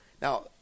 Now